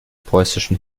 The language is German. preußischen